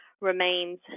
remains